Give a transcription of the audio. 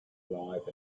life